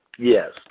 Yes